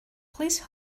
please